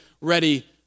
ready